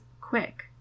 quick